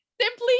Simply